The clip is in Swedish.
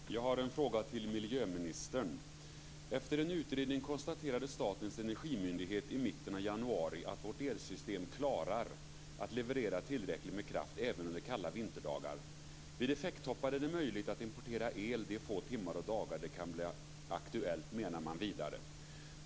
Fru talman! Jag har en fråga till miljöministern. Efter en utredning konstaterade Statens energimyndighet i mitten av januari att vårt elsystem klarar att leverera tillräckligt med kraft även under kalla vinterdagar. Vid effekttoppar är det möjligt att importera el de få timmar och dagar som det kan bli aktuellt, menar man.